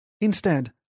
Instead